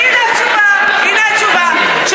והנה התשובה, הנה התשובה.